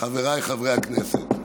חבריי חברי הכנסת,